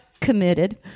committed